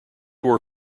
war